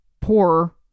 poor